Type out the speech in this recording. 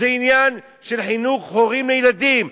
זה עניין של חינוך הורים לילדים,